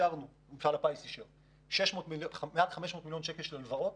מפעל הפיס אישר מעל 500 מיליון שקל של הלוואות,